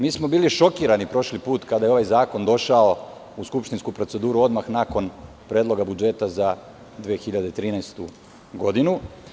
Mi smo bili šokirani prošli put kada je ovaj zakon došao u skupštinsku proceduru odmah nakon predloga budžeta za 2013. godinu.